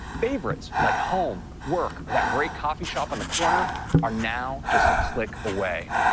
favorites like home, work or that great coffee shop on the corner are now just a click away.